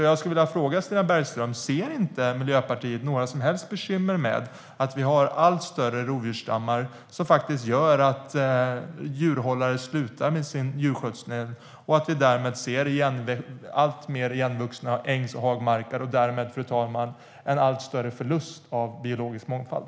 Jag skulle vilja fråga Stina Bergström: Ser inte Miljöpartiet några som helst bekymmer med att vi har allt större rovdjursstammar som gör att djurhållare slutar med sin djurskötsel och att vi därmed ser alltmer igenvuxna ängs och hagmarker? Därmed, fru talman, får vi en allt större förlust av biologisk mångfald.